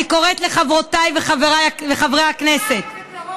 אני קוראת לחברותיי וחבריי חברי הכנסת,